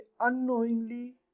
unknowingly